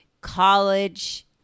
college